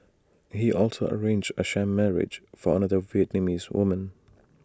he also arranged A sham marriage for another Vietnamese woman